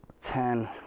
ten